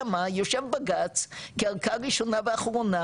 אלא מה יושב בג"צ כערכאה ראשונה ואחרונה,